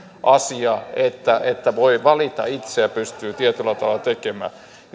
asia että että voi valita itse ja pystyy tietyllä tavalla tekemään